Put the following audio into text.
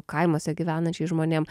kaimuose gyvenančiais žmonėm